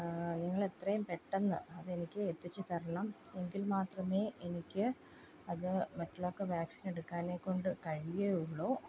നിങ്ങൾ എത്രയും പെട്ടെന്ന് അതെനിക്ക് എത്തിച്ചുതരണം എങ്കിൽ മാത്രമേ എനിക്ക് അത് മറ്റുള്ളവർക്ക് വാക്സിൻ എടുക്കാനെക്കൊണ്ട് കഴിയുകയുള്ളൂ